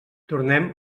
tornem